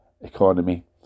economy